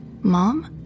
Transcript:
Mom